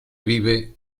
vive